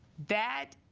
that